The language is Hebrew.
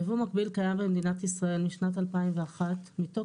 ייבוא מקביל קיים במדינת ישראל משנת 2001 מתוקף